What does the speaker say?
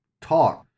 talk